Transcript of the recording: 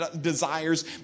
desires